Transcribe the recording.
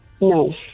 No